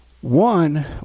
One